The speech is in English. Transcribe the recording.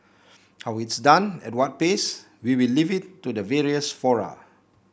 how it's done at what pace we will leave it to the various fora